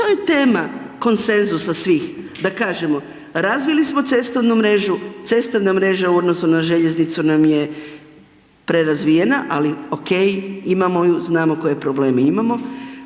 to je tema konsenzusa svih. Da kažemo, razvili smo cestovnu mrežu, cestovna mreža u odnosu na željeznicu nam je prerazvijena ali ok, imamo ju, znamo koje probleme imamo,